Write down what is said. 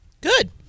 Good